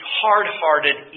hard-hearted